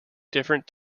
different